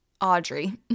Audrey